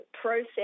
Process